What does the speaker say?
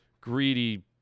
greedy